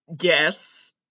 yes